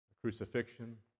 crucifixion